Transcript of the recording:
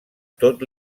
tot